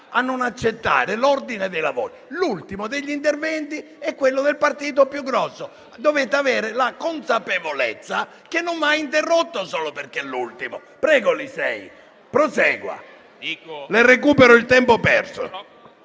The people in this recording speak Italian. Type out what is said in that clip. a non accettare l'ordine dei lavori, ma l'ultimo degli interventi è quello del partito più grande, dovete avere la consapevolezza che non va interrotto solo perché è l'ultimo. Prego senatore Lisei, prosegua, potrà recuperare il tempo perso.